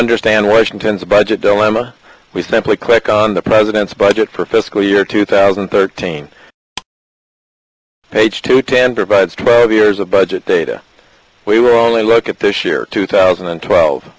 understand washington's budget dilemma we simply click on the president's budget for fiscal year two thousand and thirteen page two ten provides five years of budget data we were only look at this year two thousand and twelve